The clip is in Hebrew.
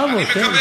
בכבוד.